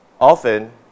often